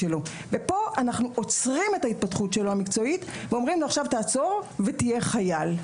עוצרים אותו ואומרים לו להיות חייל.